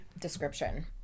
Description